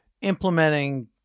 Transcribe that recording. Implementing